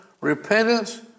repentance